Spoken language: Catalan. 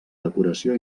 decoració